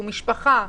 הוא משפחה,